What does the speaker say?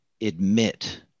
admit